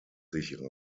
sich